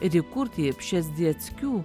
ir įkurti pšezdzieckių